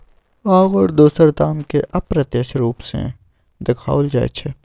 आओर दोसर दामकेँ अप्रत्यक्ष रूप सँ देखाओल जाइत छै